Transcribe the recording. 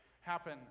happen